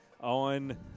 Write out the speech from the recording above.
on